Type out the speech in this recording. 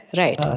right